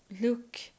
look